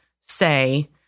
say